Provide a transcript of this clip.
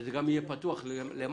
שזה גם יהיה פתוח למעלה.